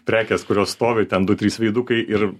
prekės kurios stovi ten du trys veidukai ir